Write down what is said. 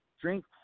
drink